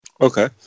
Okay